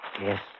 Yes